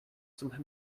some